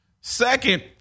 Second